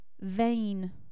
vain